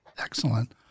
Excellent